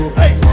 hey